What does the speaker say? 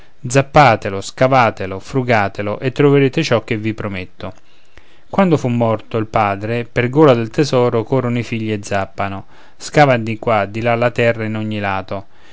tesor zappatelo scavatelo frugatelo e troverete ciò che vi prometto quando fu morto il padre per gola del tesoro corrono i figli e zappano scavan di qua di là la terra in ogni lato